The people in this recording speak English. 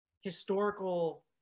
historical